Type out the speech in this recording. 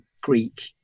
Greek